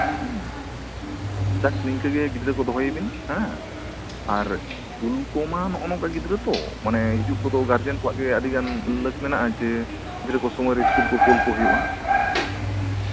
ᱦᱩᱸ ᱡᱟᱠ ᱱᱤᱝᱠᱟᱹ ᱜᱮ ᱜᱤᱫᱽᱨᱟᱹ ᱠᱚ ᱫᱚᱦᱚᱭᱮᱵᱤᱱ ᱦᱮᱸ ᱟᱨ ᱥᱠᱩᱞ ᱠᱚᱢᱟ ᱱᱚᱜᱼᱚ ᱱᱚᱝᱠᱟᱱ ᱜᱤᱫᱽᱨᱟᱹ ᱛᱚ ᱢᱟᱱᱮ ᱡᱮ ᱦᱤᱡᱩᱜ ᱠᱚᱢᱟ ᱜᱟᱨᱡᱮᱱ ᱠᱚᱣᱟᱜ ᱜᱮ ᱟᱹᱰᱤ ᱜᱟᱱ ᱞᱟᱹᱠ ᱢᱮᱱᱟᱜᱼᱟ ᱡᱮ ᱜᱤᱫᱽᱨᱟᱹ ᱠᱚ ᱥᱚᱢᱚᱭ ᱨᱮ ᱥᱠᱩᱞ ᱠᱚ ᱠᱳᱞ ᱠᱚ ᱦᱩᱭᱩᱜᱼᱟ